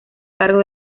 cargo